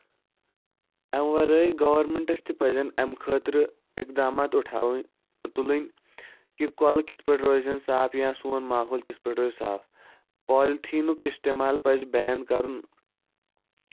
اَمہِ وَرٲے گوٚرمٮ۪نٹَس تہِ پَزن اَمہِ خٲطرٕ اِقدامات اُٹھاؤنۍ تُلٕنۍ یہِ کۄلہٕ کِتھۍ پٲٹھۍ روزن صاف یا سوٚن ماحول کِتھۍ پٲٹھۍ روزِ صاف پالتھیٖنُک اِستعمال پَزِ بٮ۪ن کَرُن